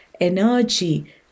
energy